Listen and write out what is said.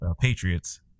patriots